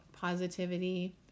positivity